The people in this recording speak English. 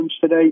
today